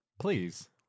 Please